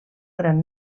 gran